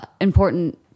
important